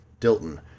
Dilton